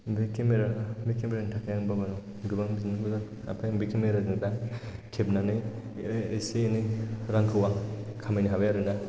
ओमफ्राय बे केमेरा नि थाखाय आं बाबानाव गोबां बिनांगौ जादोंमोन ओमफ्राय आं बे केमेरा जों दा खेबनानै एसे एनै रांखौ आं खामायनो हाबाय आरोना